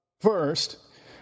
First